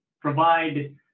provide